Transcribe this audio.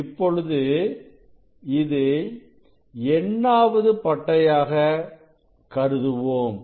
இப்பொழுது இதை n ஆவது பட்டையாக கருதுவோம்